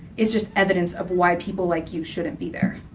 it's just evidence of why people like you shouldn't be there.